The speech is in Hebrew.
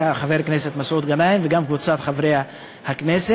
חבר הכנסת מסעוד גנאים וגם קבוצת חברי הכנסת.